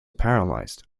paralyzed